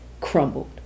crumbled